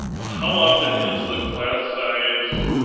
ah how often is the class size,